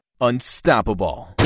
unstoppable